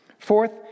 Fourth